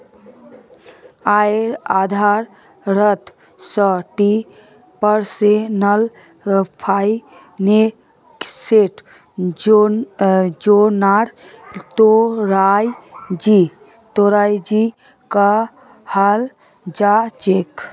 आयेर आधारत स ही पर्सनल फाइनेंसेर योजनार तैयारी कराल जा छेक